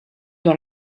dans